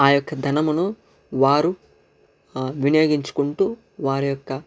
ఆ యొక్క ధనమును వారు ఆ వినియోగించుకుంటూ వారి యొక్క